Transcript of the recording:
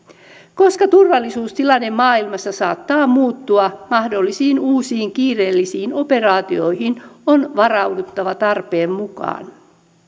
koska turvallisuustilanne maailmassa saattaa muuttua mahdollisiin uusiin kiireellisiin operaatioihin on varauduttava tarpeen mukaan